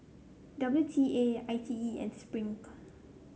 W T A I T E and Spring